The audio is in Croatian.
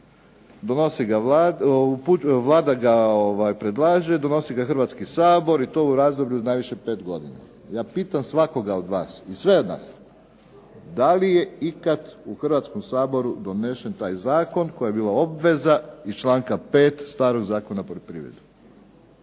Vlada ga predlaže, donosi ga Hrvatski sabor i to u razdoblju od najviše pet godina. Ja pitam svakog od vas i sve nas da li je ikad u Hrvatskom saboru donesen taj zakon u kojem je bila obveza iz članka 5. starog Zakona o poljoprivredi?